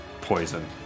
poison